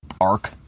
arc